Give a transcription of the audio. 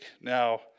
Now